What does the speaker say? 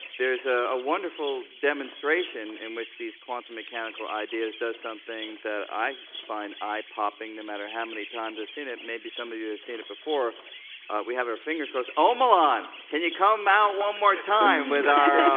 there's a ah wonderful demonstration in which these quantum mechanical ideas does something that i find eye-popping no matter how many times i've seen it. maybe some of you have seen it before we have our fingers crossed. omalon, can you come out one more time with our